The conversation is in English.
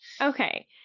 Okay